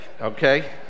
okay